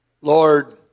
Lord